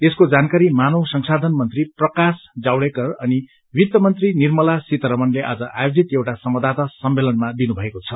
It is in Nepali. यसको जानकारी मानव संसाधन मंत्री प्रकाश जावड़ेकर अनि वित्तमंत्री निर्मला सीतारणले आज आयोजित एउटा संवाददाता सम्मेलनमा दिनुमएको छ